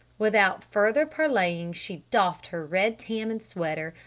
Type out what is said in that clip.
without further parleying she doffed her red tam and sweater,